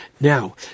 Now